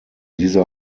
dieser